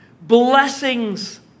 blessings